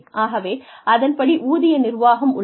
ஆகவே அதன்படி ஊதிய நிர்வாகம் உள்ளது